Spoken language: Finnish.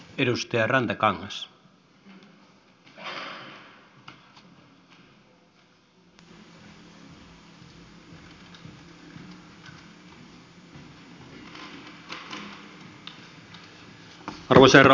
arvoisa herra puhemies